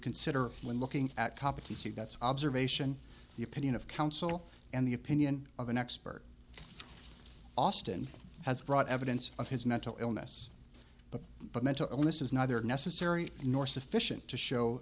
consider when looking at competency that's observation the opinion of counsel and the opinion of an expert austin has brought evidence of his mental illness but but mental illness is neither necessary nor sufficient to